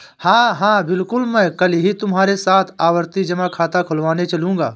हां हां बिल्कुल मैं कल ही तुम्हारे साथ आवर्ती जमा खाता खुलवाने चलूंगा